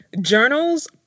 journals